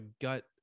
gut